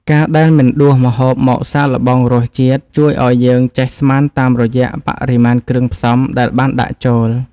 ការដែលមិនដួសម្ហូបមកសាកល្បងរសជាតិជួយឱ្យយើងចេះស្មានតាមរយៈបរិមាណគ្រឿងផ្សំដែលបានដាក់ចូល។